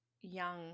young